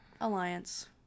Alliance